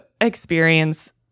experience